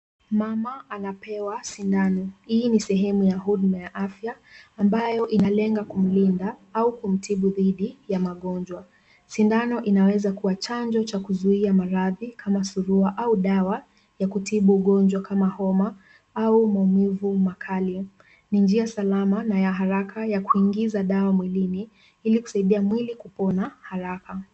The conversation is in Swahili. Mama anapewa sindano hii ni sehemu ya huduma ya afya, ambayo inalenga kumlinda au kumtibu dhidi ya magonjwa. Sindano inaweza kuwa chanjo cha kuzuia maradhi kama surua au dawa ya kutibu ugonjwa kama homa, au maumivu makali. Ni njia salama na ya haraka ya kuingiza dawa mwilini ili kusaidia mwili kupona haraka.